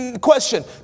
Question